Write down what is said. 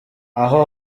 aho